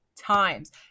times